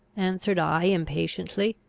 answered i, impatiently,